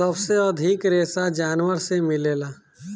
सबसे अधिक रेशा जानवर से मिलेला